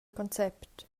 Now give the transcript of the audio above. concept